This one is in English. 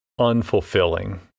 unfulfilling